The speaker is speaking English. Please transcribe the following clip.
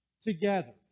together